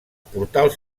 portals